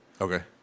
Okay